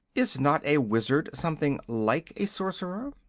is not a wizard something like a sorcerer?